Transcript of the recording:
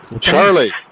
Charlie